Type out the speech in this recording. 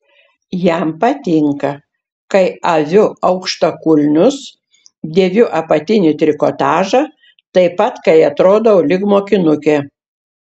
jam patinka kai aviu aukštakulnius dėviu apatinį trikotažą taip pat kai atrodau lyg mokinukė